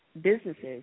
businesses